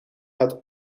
had